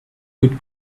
could